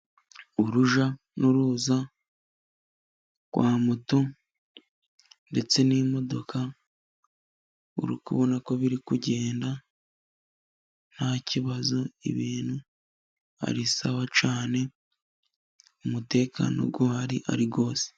Urujya n'uruza rwa moto, ndetse n'imodoka, uri kubona ko biri kugenda ntakibazo, ibintu ari sawa cyane, umutekano uhari, ari ari rwose.